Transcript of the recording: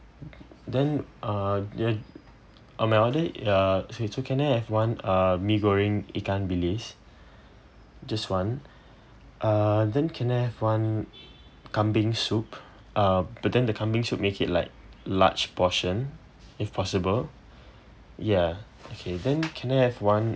then uh ya uh my order ya so can I have one uh mee goreng ikan bilis just one uh then can I have one kambing soup uh but then the kambing soup make it like large portion if possible ya okay then can I have one